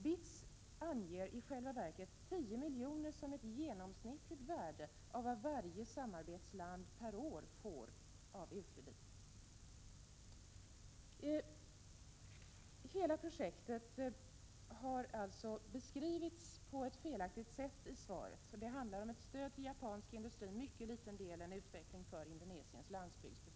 BITS anger i själva verket 10 miljoner som ett genomsnitts Hela projektet har alltså beskrivits på ett felaktigt sätt i svaret. Det handlar om ett stöd till japansk industri och till mycket liten del om en utveckling för Indonesiens landsbygdsbefolkning.